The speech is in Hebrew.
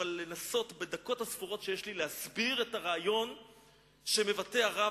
אבל אוכל לנסות בדקות הספורות שיש לי להסביר את הרעיון שמבטא הרב,